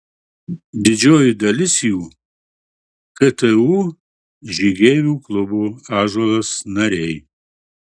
didžioji dalis jų ktu žygeivių klubo ąžuolas nariai